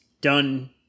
done